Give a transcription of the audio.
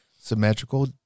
symmetrical